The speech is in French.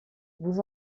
vous